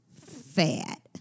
fat